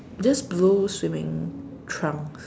just blue swimming trunks